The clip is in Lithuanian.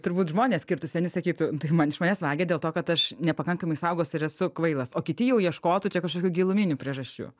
turbūt žmonės skirtųs vieni sakytų nu tai man iš manęs vagia dėl to kad aš nepakankamai saugaus ir esu kvailas o kiti jau ieškotų čia kažkokių giluminių priežasčių